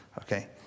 Okay